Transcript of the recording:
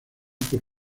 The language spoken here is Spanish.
por